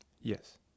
Yes